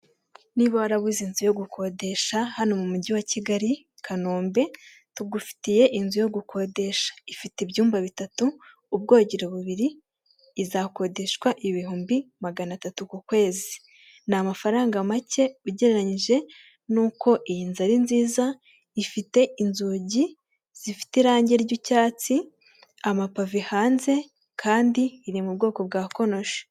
Niba warabuze inzu yo gukodesha hano mu mujyi wa Kigali Kanombe tugufitiye inzu yo gukodesha ifite ibyumba bitatu ,ubwogero bubiri izakodeshwa ibihumbi magana atatu ku kwezi ni amafaranga make ugereranyije nuko iyi nzu ari nziza ,ifite inzugi zifite irangi ry'icyatsi amapavi hanze kandi iri mu bwoko bwa konoshi.